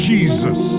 Jesus